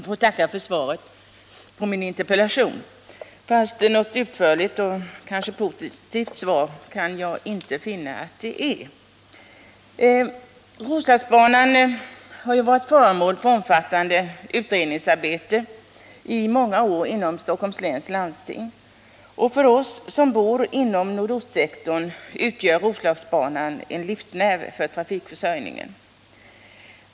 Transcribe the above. Herr talman! Jag ber att få tacka fi jag inte kan finna att det ä svaret på min interpellation. trots att r ett utförligt eller positivt svar. Roslagsbanan har ju i många år varit föremål för omfattande utrednings arbete inom Stockholms läns landsting. För oss som bor inom nordostsektorn utgör Roslagsbanan en livsnerv för trafikförsörjningen.